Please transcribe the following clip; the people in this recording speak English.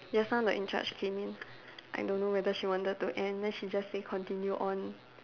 just now the in charge came in I don't know whether she wanted to end then she just say continue on